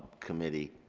committee.